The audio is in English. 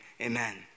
Amen